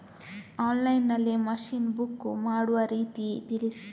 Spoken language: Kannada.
ಆನ್ಲೈನ್ ನಲ್ಲಿ ಮಷೀನ್ ಬುಕ್ ಮಾಡುವ ರೀತಿ ತಿಳಿಸಿ?